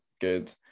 good